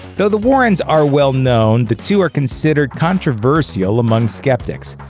though the warrens are well known, the two are considered controversial among skeptics.